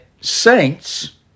saints